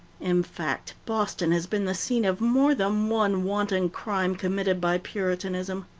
in fact, boston has been the scene of more than one wanton crime committed by puritanism.